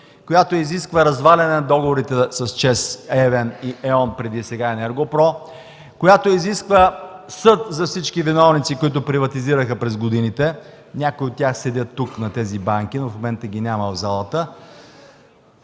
която изисква разваляне договорите с ЧЕЗ, ЕVN и Е.ОN преди, сега ЕНЕРГО-ПРО; която изисква съд за всички виновници, които приватизираха през годините – някои от тях седят тук на тези банки, но в момента ги няма в залата;